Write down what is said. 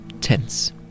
tense